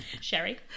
Sherry